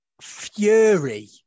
fury